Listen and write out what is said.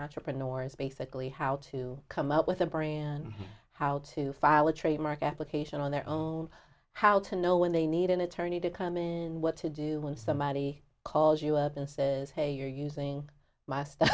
children or is basically how to come up with a brain and how to file a trademark application on their own how to know when they need an attorney to come in what to do when somebody calls you up and says hey you're using my st